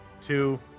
Two